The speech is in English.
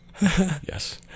Yes